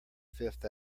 fifth